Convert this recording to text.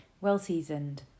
well-seasoned